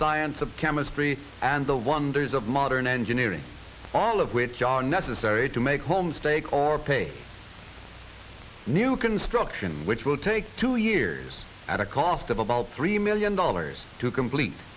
science of chemistry and the wonders of modern engineering all of which are necessary to make homestake or pay new construction which will take two years at a cost of about three million dollars to complete